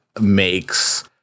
makes